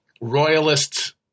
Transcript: royalists